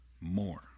more